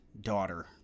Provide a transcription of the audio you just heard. daughter